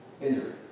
injury